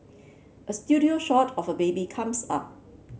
a studio shot of a baby comes up